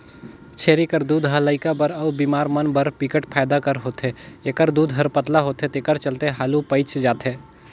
छेरी कर दूद ह लइका बर अउ बेमार मन बर बिकट फायदा कर होथे, एखर दूद हर पतला होथे तेखर चलते हालु पयच जाथे